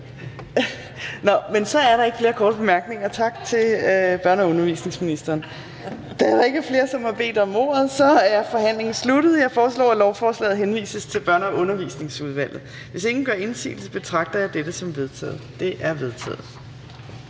før. Men så er der ikke flere korte bemærkninger. Tak til børne- og undervisningsministeren. Da der ikke er flere, som har bedt om ordet, er forhandlingen sluttet. Jeg foreslår, at lovforslaget henvises til Børne- og Undervisningsudvalget. Hvis ingen gør indsigelse, betragter jeg dette som vedtaget. Det er vedtaget.